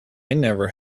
never